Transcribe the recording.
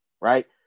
right